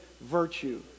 virtue